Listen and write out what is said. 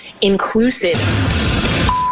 inclusive